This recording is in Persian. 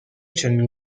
چنین